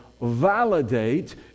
validate